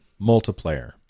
multiplayer